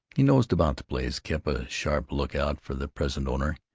he nosed about the place, kept a sharp lookout for the present owner,